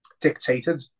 dictated